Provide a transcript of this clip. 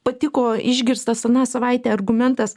patiko išgirstas aną savaitę argumentas